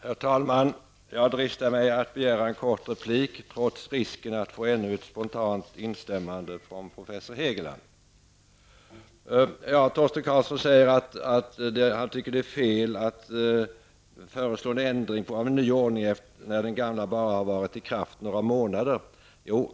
Herr talman! Jag dristar mig att begära ordet, trots risken att få ännu ett spontant instämmande från professor Hegeland. Torsten Karlsson säger att han tycker det är fel att föreslå en nyordning när den gamla ordningen varit i kraft bara några månader.